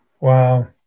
Wow